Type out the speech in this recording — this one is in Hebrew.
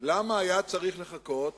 למה היה צריך לחכות